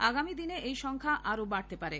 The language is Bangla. আগামী দিনে এই সংখ্যা আরও বাড়তে পারে